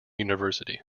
university